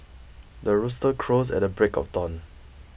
the rooster crows at the break of dawn